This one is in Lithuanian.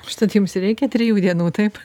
užtat jums ir reikia trijų dienų taip